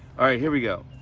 alright. here we go.